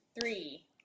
Three